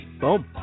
Boom